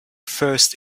first